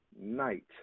night